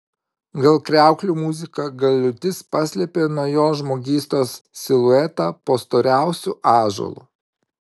gal kriauklių muzika gal liūtis paslėpė nuo jo žmogystos siluetą po storiausiu ąžuolu